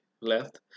left